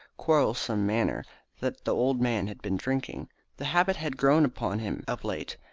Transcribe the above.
quarrelsome manner that the old man had been drinking. the habit had grown upon him of late,